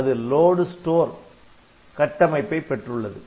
அது load store LoadStore ஏற்று தேக்கு கட்டமைப்பை பெற்றுள்ளது